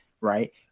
right